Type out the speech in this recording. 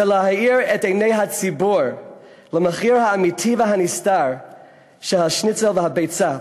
זה להאיר את עיני הציבור למחיר האמיתי והנסתר של השניצל והביצה,